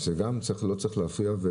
וזה לא צריך להפריע.